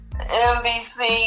NBC